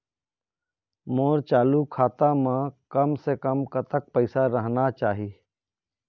मोर चालू खाता म कम से कम कतक पैसा रहना चाही?